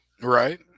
Right